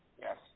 yes